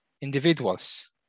Individuals